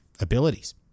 abilities